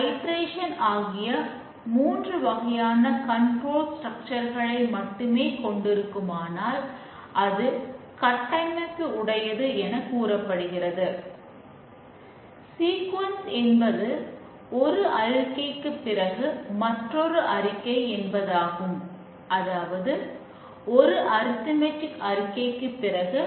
டெஸ்டிங்கின் பிழைத் திருத்தங்களை செய்கின்றனர் மற்றும் அந்தப் பிழைகளை சரி செய்கின்றனர்